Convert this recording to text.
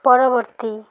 ପରବର୍ତ୍ତୀ